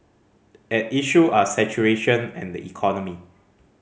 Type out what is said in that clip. at issue are saturation and the economy